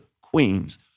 Queens